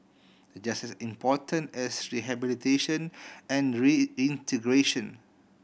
the just as important as rehabilitation and reintegration